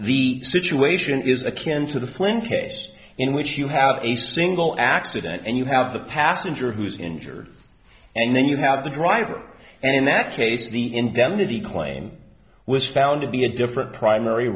the situation is akin to the flint case in which you have a single accident and you have the passenger who is injured and then you have the driver and in that case the indemnity claim was found to be a different primary